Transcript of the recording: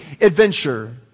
adventure